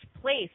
place